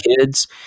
kids